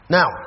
Now